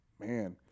man